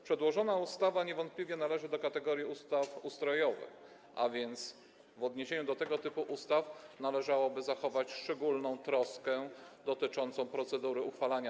Przedłożona ustawa niewątpliwie należy do kategorii ustaw ustrojowych, a więc w odniesieniu do tego typu ustaw należałoby zachować szczególną troskę dotyczącą procedury ich uchwalania.